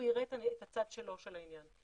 הוא יראה את הצד שלו של העניין.